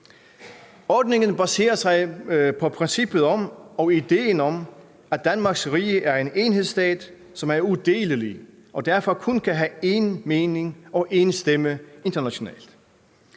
Ordningen baserer sig på princippet om og ideen om, at Danmarks Rige er en enhedsstat, som er udelelig og derfor kun kan have én mening og én stemme internationalt.